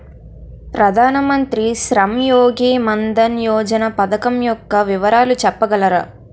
ప్రధాన మంత్రి శ్రమ్ యోగి మన్ధన్ యోజన పథకం యెక్క వివరాలు చెప్పగలరా?